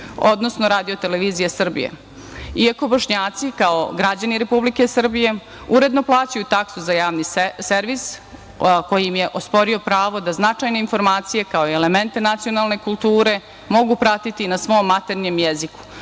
odnosno RTS.Iako Bošnjaci kao građani Republike Srbije uredno plaćaju taksu za Javni servis, koji im je osporio pravo da značajne informacije, kao i elemente nacionalne kulture mogu pratiti na svom maternjem jeziku,